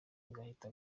agahita